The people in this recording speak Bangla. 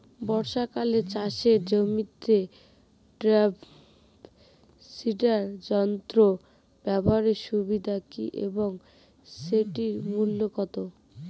বর্ষাকালে চাষের জমিতে ড্রাম সিডার যন্ত্র ব্যবহারের সুবিধা কী এবং সেটির মূল্য কত?